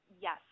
Yes